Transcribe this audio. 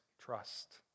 trust